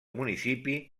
municipi